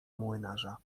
młynarza